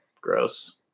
Gross